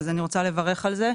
אז אני רוצה לברך על זה.